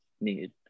need